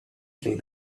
killed